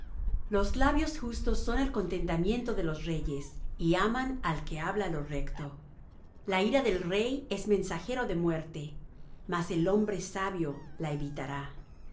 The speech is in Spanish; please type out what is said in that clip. los labios justos son el contentamiento de los reyes y aman al que habla lo recto la ira del rey es mensajero de muerte mas el hombre sabio la evitará en